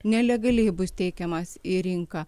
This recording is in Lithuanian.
nelegaliai bus teikiamas į rinką